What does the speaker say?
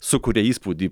sukuria įspūdį